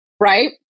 Right